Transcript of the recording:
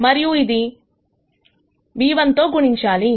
మరియు ఇది v1 తో గుణించాలి